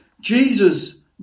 Jesus